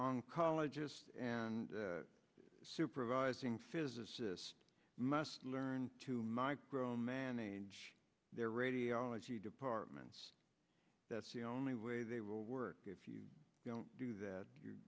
oncologist and supervising physicist must learn to micromanage their radiology departments that's the only way they will work if you don't do that you're